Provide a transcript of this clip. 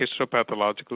histopathological